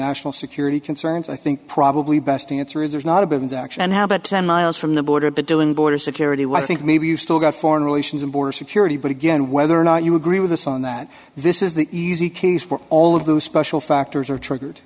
national security concerns i think probably best answer is there's not a bit of action and how about ten miles from the border but doing border security well i think maybe you've still got foreign relations and border security but again whether or not you agree with us on that this is the easy case for all of those special factors are triggered